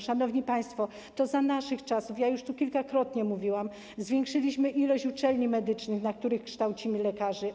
Szanowni państwo, to za naszych czasów, już kilkakrotnie to mówiłam, zwiększyliśmy ilość uczelni medycznych, na których kształcimy lekarzy.